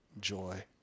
joy